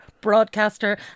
broadcaster